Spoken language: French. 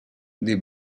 des